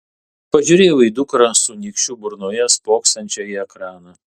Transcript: pažiūrėjau į dukrą su nykščiu burnoje spoksančią į ekraną